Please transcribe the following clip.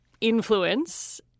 influence